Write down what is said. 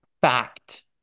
fact